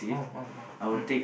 !wow! !wow! !wow! mm